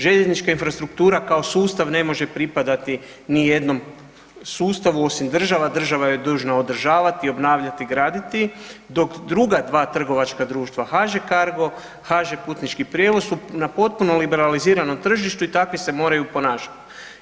Željeznička infrastruktura kao sustav ne može pripadati nijednom sustavu osim države, država ju je dužna održavati i obnavljati, graditi, dok druga dva trgovačka društva, HŽ Cargo, HŽ putnički prijevoz su na potpuno liberaliziranom tržištu i takvi se moraju ponašati.